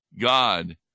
God